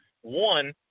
one